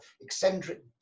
eccentric